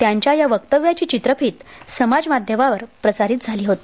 त्यांच्या या वक्तव्याची चित्रफीत समाज माध्यमांवर प्रसारित झाली होती